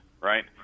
right